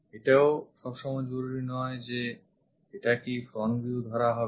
এটাও সবসময় জরুরী নয় যে এটাকেই front view ধরা হবে